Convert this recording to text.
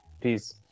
Peace